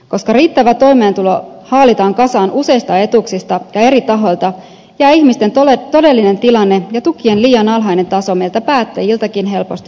koska riittävä toimeentulo haalitaan kasaan useista etuuksista ja eri tahoilta jää ihmisten todellinen tilanne ja tukien liian alhainen taso meiltä päättäjiltäkin helposti huomaamatta